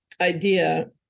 idea